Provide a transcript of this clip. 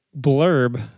blurb